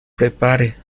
prepare